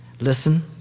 Listen